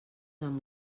amb